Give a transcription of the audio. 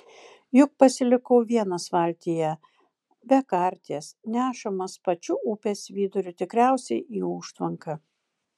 juk pasilikau vienas valtyje be karties nešamas pačiu upės viduriu tikriausiai į užtvanką